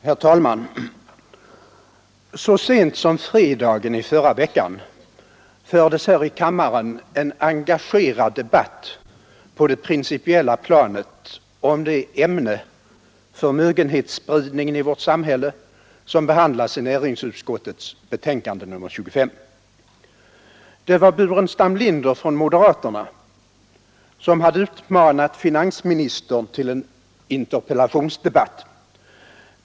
Herr talman! Så sent som under fredagen i förra veckan fördes här i kammaren en engagerad debatt på det principiella planet om det ämne, förmögenhetsspridningen i vårt samhälle, som behandlas i näringsutskottets betänkande nr 25. Det var herr Burenstam Linder från moderaterna som hade utmanat finansministern till interpellationsdebatt.